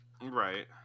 Right